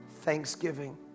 thanksgiving